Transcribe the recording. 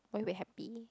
will you be happy